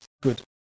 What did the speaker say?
Good